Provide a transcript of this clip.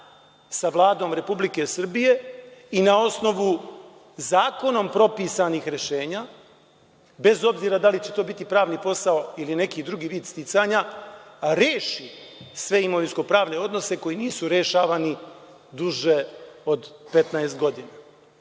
sa Vladom RS i na osnovu zakonom propisanih rešenja, bez obzira da li će to biti pravni posao ili neki drugi vid sticanja, reši sve imovinsko-pravne odnose koji nisu rešavani duže od 15 godina. Zbog